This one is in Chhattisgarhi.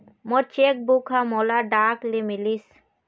मोर चेक बुक ह मोला डाक ले मिलिस